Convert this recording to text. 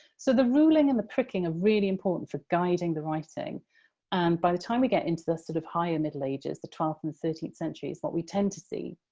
so, the ruling and the pricking are really important for guiding the writing, and by the time we get into the sort of higher middle ages, the twelfth and thirteenth centuries, what we tend to see